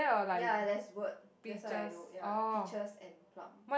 ya that's word that's why I know ya peaches and plum